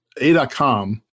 A.com